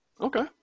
Okay